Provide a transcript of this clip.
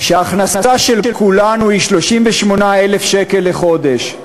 שההכנסה של כולנו היא 38,000 שקלים לחודש,